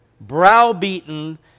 browbeaten